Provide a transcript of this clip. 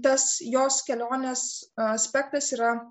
tas jos kelionės aspektas yra